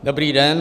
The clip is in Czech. Dobrý den.